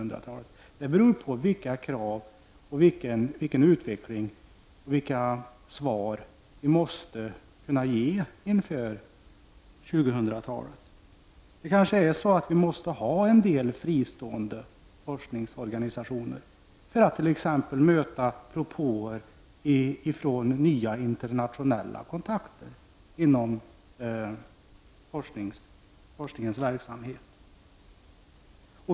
Det beror på vilka krav som ställs, vilken utveckling vi får och vilka svar vi måste kunna ge inför 2000-talet. Vi måste kanske ha en del fristående forskningsorganisationer för att möta propåer från nya internationella kontakter inom forskningens verksamhet.